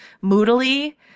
moodily